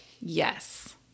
Yes